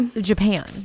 Japan